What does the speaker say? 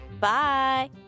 Bye